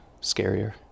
scarier